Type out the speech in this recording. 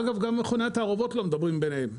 אגב, גם מכוני התערובות לא מדברים ביניהם.